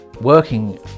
Working